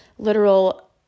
literal